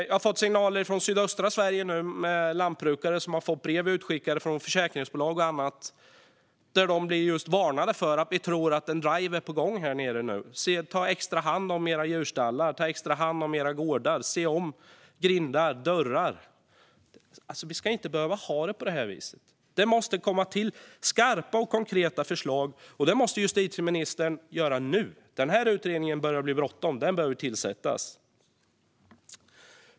Jag har fått signaler från sydöstra Sverige om lantbrukare som har fått brev från försäkringsbolag och andra där de blir varnade för att man tror att en drive är på gång. Beskedet är: Ta extra hand om era djurstallar och era gårdar. Se om grindar och dörrar. Vi ska inte behöva ha det på det här viset. Det måste komma till skarpa och konkreta förslag, och justitieministern måste se till att det görs nu. Den här utredningen börjar det bli bråttom med; den behöver tillsättas.